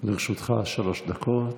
עטאונה, לרשותך שלוש דקות,